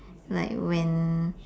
like when